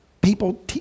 people